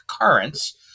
currents